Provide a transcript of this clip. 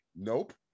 Nope